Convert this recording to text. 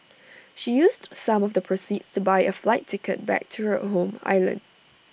she used some of the proceeds to buy A flight ticket back to her home island